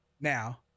Now